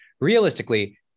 Realistically